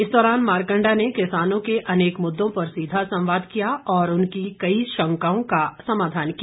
इस दौरान मारकंडा ने किसानों के अनेक मुद्दों पर सीधा संवाद किया और उनकी कई शंकाओं का समाधान किया